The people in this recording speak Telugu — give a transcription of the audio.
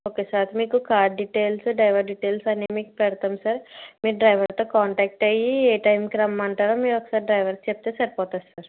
ఓకే సార్ మీకు కార్ డీటెయిల్స్ డ్రైవర్ డీటెయిల్స్ అనేవి మీకు పెడతాం సార్ మీరు డ్రైవర్తో కాంటాక్ట్ అయ్యి ఏ టైంకి రమ్మంటారు మీరు ఒకసారి డ్రైవర్కి చెప్తే సరిపోతుంది సార్